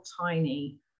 tiny